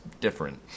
different